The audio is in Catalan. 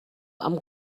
amb